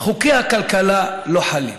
חוקי הכלכלה לא חלים,